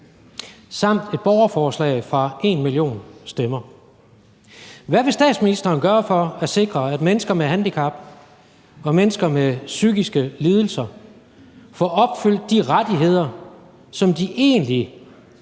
samt et borgerforslag fra #enmillionstemmer om det. Hvad vil statsministeren gøre for at sikre, at mennesker med handicap og mennesker med psykiske lidelser får opfyldt de rettigheder, som de egentlig